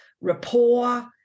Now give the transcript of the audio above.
rapport